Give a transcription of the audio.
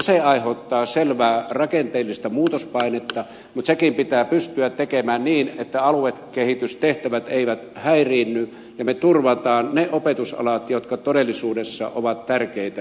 se aiheuttaa selvää rakenteellista muutospainetta mutta sekin pitää pystyä tekemään niin että aluekehitystehtävät eivät häiriinny ja me turvaamme ne opetusalat jotka todellisuudessa ovat tärkeitä suomessa